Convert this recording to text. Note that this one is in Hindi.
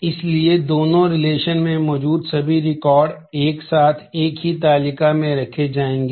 इसलिए इन दोनों रिलेशंस एक साथ एक ही तालिका में रखे जाएंगे